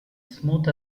smooth